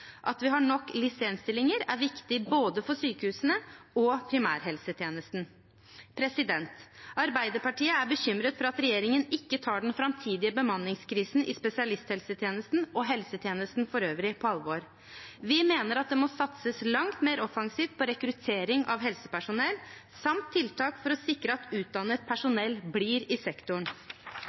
At vi har nok LIS1-stillinger, er viktig for både sykehusene og primærhelsetjenesten. Arbeiderpartiet er bekymret for at regjeringen ikke tar den framtidige bemanningskrisen i spesialisthelsetjenesten og helsetjenesten for øvrig på alvor. Vi mener at det må satses langt mer offensivt på rekruttering av helsepersonell samt tiltak for å sikre at utdannet personell blir i sektoren.